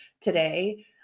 today